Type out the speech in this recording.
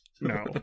no